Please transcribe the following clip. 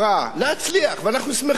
ואנחנו שמחים שהחברה מצליחה,